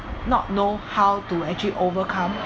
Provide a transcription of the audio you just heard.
not know how to actually overcome